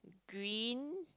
green